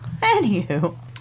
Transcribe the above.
Anywho